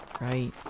right